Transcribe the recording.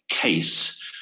case